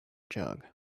jog